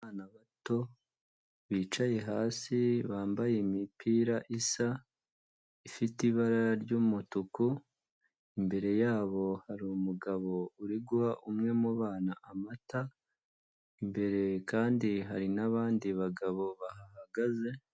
Abana bato bicaye hasi, bambaye imipira isa, ifite ibara ry'umutuku, imbere yabo hari umugabo uri guha umwe mu bana amata, imbere kandi hari n'abandi bagabo bahahagaze.